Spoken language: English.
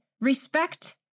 respect